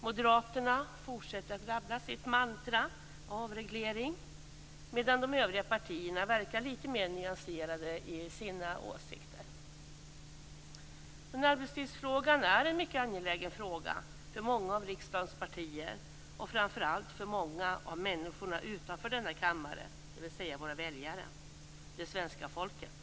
Moderaterna fortsätter att rabbla sitt mantra om avreglering, medan de övriga partierna verkar vara lite mer nyanserade i sina åsikter. Arbetstidsfrågan är en mycket angelägen fråga för många av riksdagens partier och framför allt för många av människorna utanför denna kammare, dvs. våra väljare, det svenska folket.